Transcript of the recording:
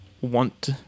want